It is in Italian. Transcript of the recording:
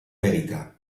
verità